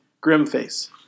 Grimface